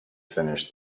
finish